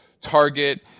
target